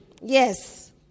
Yes